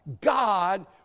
God